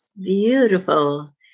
Beautiful